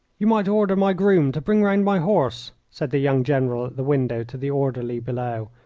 you might order my groom to bring round my horse, said the young general at the window to the orderly below,